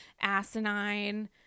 asinine